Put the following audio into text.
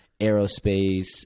aerospace